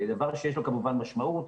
דבר שיש לו כמובן משמעות.